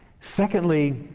secondly